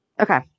Okay